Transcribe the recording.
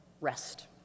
rest